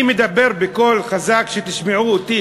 אני מדבר בקול חזק שתשמעו אותי.